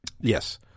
yes